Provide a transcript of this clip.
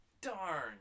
Darn